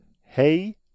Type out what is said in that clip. hey